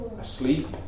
asleep